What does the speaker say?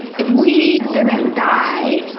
if we didn't die,